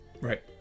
Right